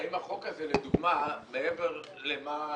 האם החוק הזה, לדוגמה, מעבר למה